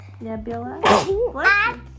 nebula